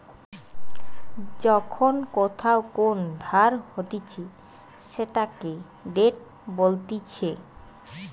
যখন কোথাও কোন ধার হতিছে সেটাকে ডেট বলতিছে